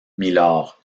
mylord